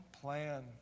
plan